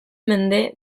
mende